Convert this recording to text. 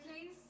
please